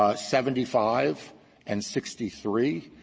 ah seventy five and sixty three,